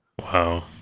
wow